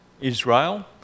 Israel